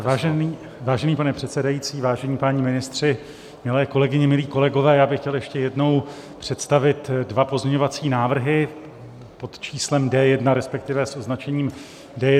Vážený pane předsedající, vážení páni ministři, milé kolegyně, milí kolegové, já bych chtěl ještě jednou představit dva pozměňovací návrhy pod číslem D1, respektive s označením D1 a D2.